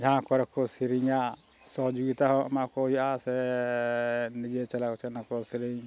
ᱡᱟᱦᱟᱸ ᱠᱚᱨᱮ ᱠᱚ ᱥᱮᱨᱮᱧᱟ ᱥᱚᱦᱚᱡᱳᱜᱤᱛᱟ ᱦᱚᱸ ᱮᱢᱟ ᱠᱚ ᱦᱩᱭᱩᱜᱼᱟ ᱥᱮ ᱱᱤᱡᱮ ᱪᱟᱞᱟᱣ ᱠᱚᱛᱮᱫ ᱚᱱᱟ ᱠᱚ ᱥᱮᱨᱮᱧ